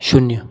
शून्य